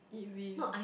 eat beef